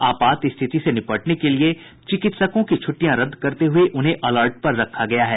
आपात स्थिति से निपटने के लिए चिकित्सकों की छुट्टियां रद्द करते हुए उन्हें अलर्ट पर रखा गया है